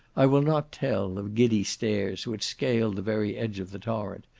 i will not tell of giddy stairs which scale the very edge of the torrent,